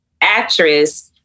actress